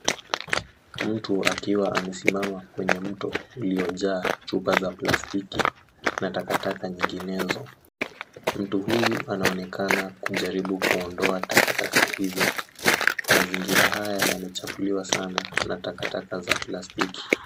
Mtu akiwa amesimama kwenye mto uliyojaa chupa za plastiki na takataka nyinginezo. Mtu huyu anaonekana kujaribu kuondoa takataka hizo. Mazingira haya yamechafuliwa sana na takataka za plastiki.